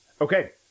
Okay